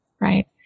right